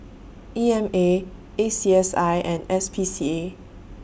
E M A A C S I and S P C A